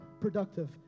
productive